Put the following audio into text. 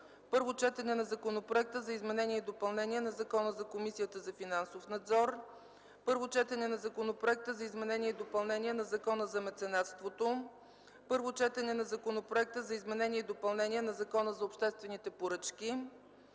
Първо четене на Законопроекта за изменение и допълнение на Закона за Комисията за финансов надзор. 7. Първо четене на Законопроекта за изменение и допълнение на Закона за меценатството. 8. Първо четене на Законопроекта за изменение и допълнение на Закона за обществените поръчки.